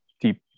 deep